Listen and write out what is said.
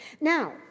Now